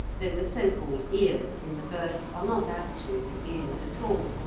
though the so-called ears in the birds are not actually ears at all,